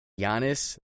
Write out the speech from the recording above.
Giannis